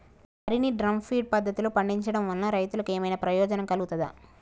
వరి ని drum feed పద్ధతిలో పండించడం వల్ల రైతులకు ఏమన్నా ప్రయోజనం కలుగుతదా?